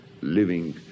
living